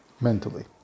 mentally